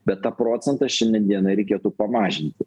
bet tą procentą šiandien dienai reikėtų pamažinti